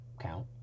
count